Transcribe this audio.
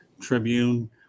tribune